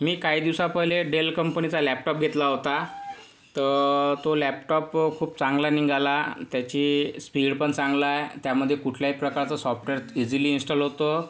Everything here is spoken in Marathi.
मी काही दिवसा पहिले डेल कंपनीचा लॅपटॉप घेतला होता तर तो लॅपटॉप खूप चांगला निघाला त्याची स्पीड पण चांगलं आहे त्यामध्ये कुठल्याही प्रकारचं सॉफ्टवेअर इझिली इन्स्टॉल होतं